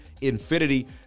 Infinity